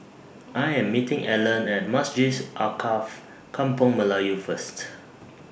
I Am meeting Alleen At Masjid Alkaff Kampung Melayu First